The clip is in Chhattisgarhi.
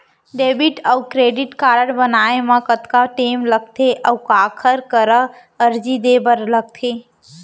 डेबिट अऊ क्रेडिट कारड बनवाए मा कतका टेम लगथे, अऊ काखर करा अर्जी दे बर लगथे?